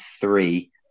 three